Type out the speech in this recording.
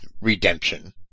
redemption